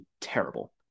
terrible